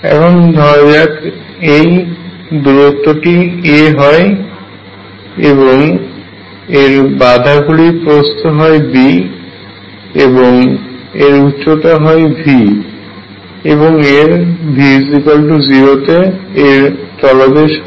এখন ধরা যাক এখানে এই পোটেনশিয়ালের বাধাগুলির মধ্যে a দূরত্বের পার্থক্য আছে এবং বাধাগুলির প্রস্ত হয় b এবং এর উচ্চতা হয় V এবং এর V0 তে এর তলদেশ হয়